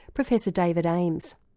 professor david ames.